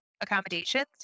accommodations